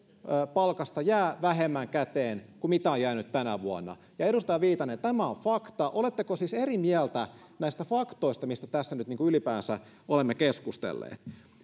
palkasta jää vähemmän käteen kuin on jäänyt tänä vuonna edustaja viitanen tämä on fakta oletteko siis eri mieltä näistä faktoista joista tässä nyt ylipäänsä olemme keskustelleet